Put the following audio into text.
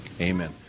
Amen